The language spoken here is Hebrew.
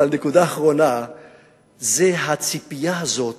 אבל נקודה אחרונה זו הציפייה הזאת.